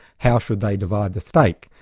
how should they divide the stake?